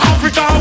Africa